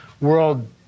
world